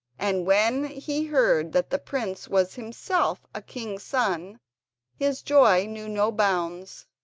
and when he heard that the prince was himself a king's son his joy knew no bounds.